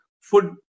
food